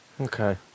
Okay